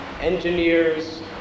engineers